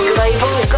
Global